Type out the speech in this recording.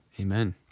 Amen